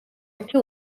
ერთი